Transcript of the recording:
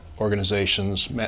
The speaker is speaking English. organizations